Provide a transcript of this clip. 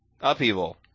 Upheaval